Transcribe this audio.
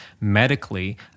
medically